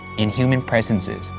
in human presences,